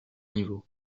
niveaux